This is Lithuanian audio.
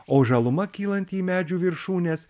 o žaluma kylanti į medžių viršūnes